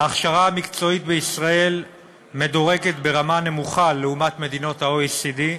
ההכשרה המקצועית בישראל מדורגת ברמה נמוכה לעומת מדינות ה-OECD,